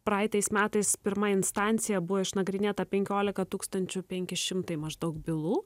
praeitais metais pirma instancija buvo išnagrinėta penkiolika tųkstančių penki šimtai maždaug bylų